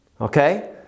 Okay